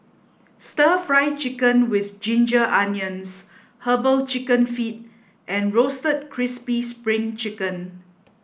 stir fry chicken with ginger onions herbal chicken feet and roasted crispy spring chicken